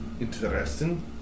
interesting